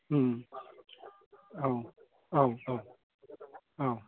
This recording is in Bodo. औ औ औ औ